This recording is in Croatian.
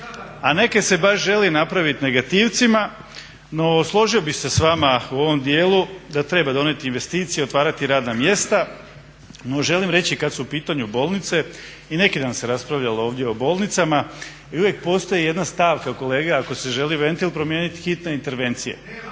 a neke se baš žele napravit negativcima. No, složio bih se sa vama u ovom dijelu da treba donijeti investicije, otvarati radna mjesta. No, želim reći kad su u pitanju bolnice i neki dan se raspravljalo ovdje o bolnicama i uvijek postoji jedna stavka kolega ako se želi ventil promijenit hitne intervencije